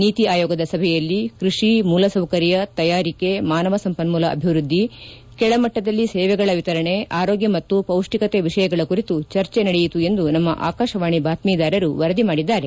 ನೀತಿ ಆಯೋಗದ ಸಭೆಯಲ್ಲಿ ಕ್ಷಷಿ ಮೂಲಸೌಕರ್ಯ ತಯಾರಿಕೆ ಮಾನವ ಸಂಪನ್ನೂಲ ಅಭಿವ್ವದ್ಲಿ ಕೆಳಮಟ್ಟದಲ್ಲಿ ಸೇವೆಗಳ ವಿತರಣೆ ಆರೋಗ್ಯ ಮತ್ತು ಪೌಷ್ಟಿಕತೆ ವಿಷಯಗಳ ಕುರಿತು ಚರ್ಚೆ ನಡೆಯಿತು ಎಂದು ನಮ್ನ ಆಕಾಶವಾಣಿ ಬಾತ್ಮೀದಾರರು ವರದಿ ಮಾಡಿದ್ದಾರೆ